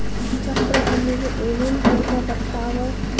ಚಪ್ರ ಹಣ್ಣಿಗೆ ಏನೇನ್ ರೋಗ ಬರ್ತಾವ?